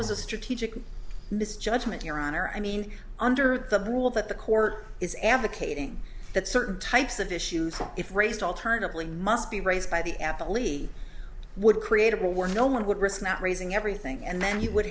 was a strategic misjudgment your honor i mean under the rule that the court is advocating that certain types of issues if raised alternatively must be raised by the athlete would create or were no one would risk not raising everything and then you would